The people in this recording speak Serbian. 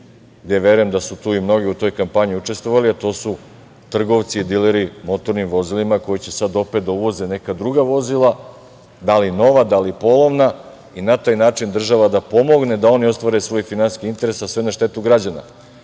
gde verujem da su tu i mnogi u toj kampanji učestvovali, a to su trgovci, dileri motornih vozila koji će sad opet da uvoze neka druga vozila, da li nova, da li polovna i na taj način država da pomogne da oni ostvare svoj finansijski interes, a sve na štetu građana.